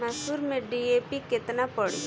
मसूर में डी.ए.पी केतना पड़ी?